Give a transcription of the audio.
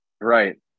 Right